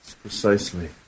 precisely